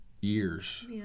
years